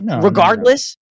regardless